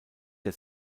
der